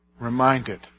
Reminded